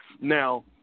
Now